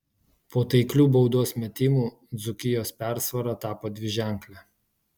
po taiklių baudos metimų dzūkijos persvara tapo dviženklė